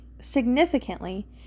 significantly